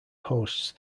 hosts